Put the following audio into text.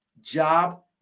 job